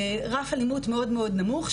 רף אלימות מאוד מאוד נמוך,